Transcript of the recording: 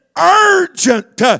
urgent